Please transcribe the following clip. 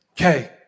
Okay